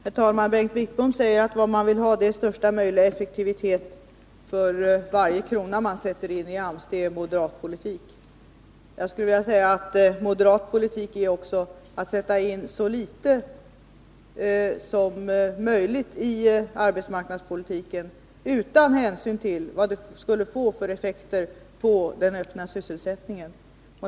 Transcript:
Herr talman! Bengt Wittbom säger att vad man vill ha är största möjliga effektivitet för varje krona man sätter in i AMS — det är moderat politik. Jag skulle vilja säga att moderat politik är också att sätta in så litet som möjligt i arbetsmarknadspolitiken utan hänsyn till vad det skulle få för effekter på sysselsättningen.